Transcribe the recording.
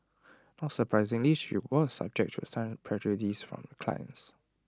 not surprisingly she was subject to some prejudice from clients